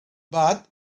but